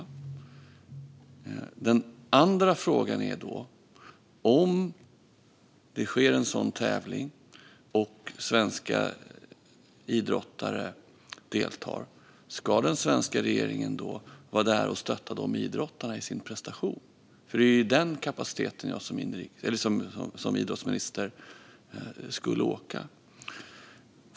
Den andra frågan är: Om det sker en sådan tävling och svenska idrottare deltar, ska då den svenska regeringen vara där och stötta idrottarna i deras prestation? Det är ju i den kapaciteten jag som idrottsminister skulle åka.